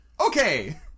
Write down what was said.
Okay